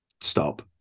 Stop